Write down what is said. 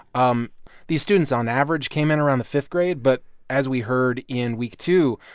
um these students on average came in around the fifth grade. but as we heard in week two,